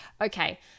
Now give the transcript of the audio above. Okay